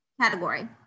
category